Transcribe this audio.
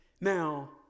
Now